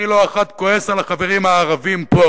אני לא אחת כועס על החברים הערבים פה